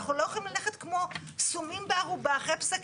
אנחנו לא יכולים ללכת סומים אחרי פסק